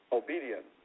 obedient